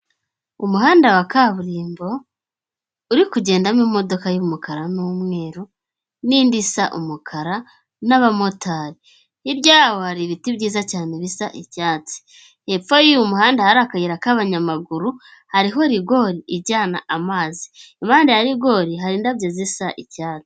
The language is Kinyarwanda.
Umuhanda wa kaburimbo uri kugendamomo y'umukara n'umweru, n'indi isa umukara, n'abamotari, hirya yaho hari ibiti byiza cyane bisa icyatsi, hepfo y'uyu muhanda hari akayira k'abanyamaguru, hariho rigori ijyana amazi impande ya rigore hari indabyo zisa icyatsi.